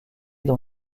dans